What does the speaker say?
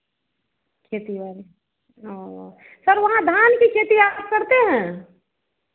खेती बारी औ सर वहाँ धान की खेती आप करते हैं